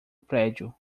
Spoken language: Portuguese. prédio